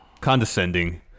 condescending